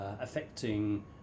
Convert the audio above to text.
affecting